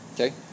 okay